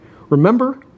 Remember